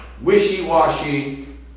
wishy-washy